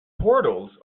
portals